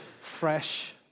fresh